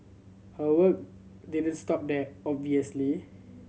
her work did stop there obviously